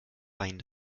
wein